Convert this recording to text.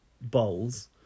bowls